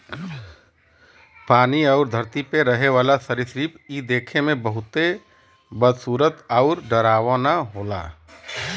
पानी आउर धरती पे रहे वाला सरीसृप इ देखे में बहुते बदसूरत आउर डरावना होला